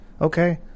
Okay